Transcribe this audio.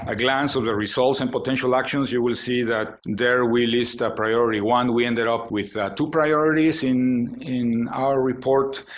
ah glance of the results and potential actions. you will see that there we list the ah priority one. we ended up with two priorities in in our report,